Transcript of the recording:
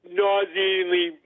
nauseatingly